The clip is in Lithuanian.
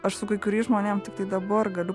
aš su kai kuriais žmonėm tiktai dabar galiu